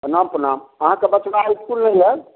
प्रणाम प्रणाम अहाँके बचबा इसकुल नहि आएल